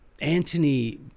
Antony